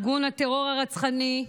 ארגון הטרור הרצחני,